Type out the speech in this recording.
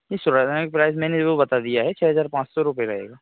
नहीं प्राइस मैंने वह बता दिया है छः हज़ार पाँच सौ रुपये रहेगा